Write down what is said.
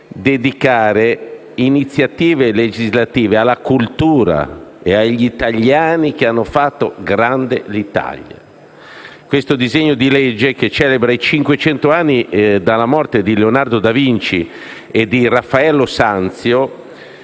dedicare iniziative legislative alla cultura e agli italiani che hanno fatto grande l'Italia. Questo disegno di legge, che celebra i cinquecento anni dalla morte di Leonardo da Vinci e di Raffaello Sanzio